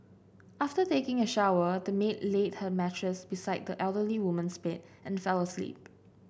after taking a shower the maid laid her mattress beside the elderly woman's bed and fell asleep